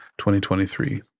2023